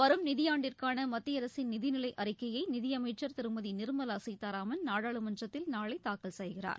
வரும் நிதியாண்டிற்கான மத்திய அரசின் நிதிநிலை அறிக்கையை நிதியமைச்சர் திருமதி நிர்மலா சீதாராமன் நாடாளுமன்றத்தில் நாளை தாக்கல் செய்கிறார்